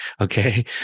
okay